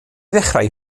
ddechrau